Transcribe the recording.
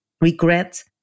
Regret